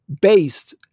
based